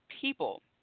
people